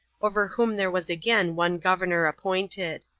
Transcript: over whom there was again one governor appointed.